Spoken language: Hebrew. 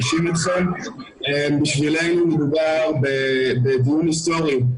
עבורנו מדובר במשהו היסטורי.